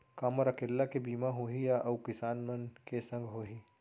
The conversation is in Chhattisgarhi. का मोर अकेल्ला के बीमा होही या अऊ किसान मन के संग होही?